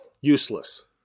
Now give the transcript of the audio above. useless